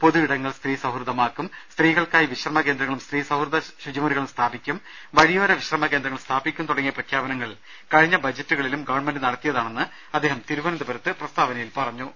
പൊതു ഇടങ്ങൾ സ്ത്രീ സൌഹൃദമാക്കും സ്ത്രീകൾക്കായി വിശ്രമകേന്ദ്രങ്ങളും സ്ത്രീ സൌഹൃദ ശുചിമുറികളും സ്ഥാപിക്കും വഴിയോര വിശ്രമ കേന്ദ്രങ്ങൾ സ്ഥാപിക്കും തുടങ്ങിയ പ്രഖ്യാ പനങ്ങൾ കഴിഞ്ഞ ബജറ്റുകളിലും ഗവൺമെന്റ് നടത്തിയതാണെന്ന് അദ്ദേഹം തിരുവനന്തപുരത്ത് പ്രസ്താവനയിൽ പറഞ്ഞു